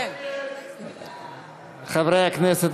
חברי הכנסת,